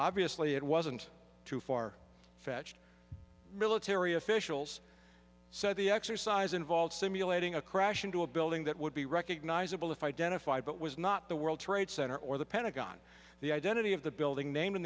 obviously it wasn't too far fetched military officials said the exercise involved simulating a crash into a building that would be recognizable if identified but was not the world trade center or the pentagon the identity of the building nam